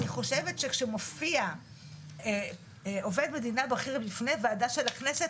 אני חושבת שכשמופיע עובד מדינה בכיר בפני ועדה של הכנסת,